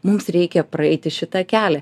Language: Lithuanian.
mums reikia praeiti šitą kelią